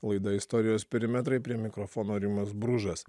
laida istorijos perimetrai prie mikrofono rimas bružas